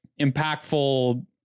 impactful